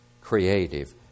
creative